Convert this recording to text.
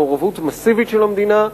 מעורבות מסיבית של המדינה,